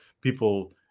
people